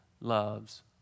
loves